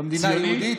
במדינה היהודית?